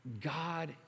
God